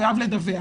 מחויב לדווח.